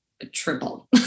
triple